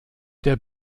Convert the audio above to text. der